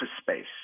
space